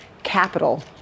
capital